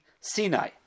Sinai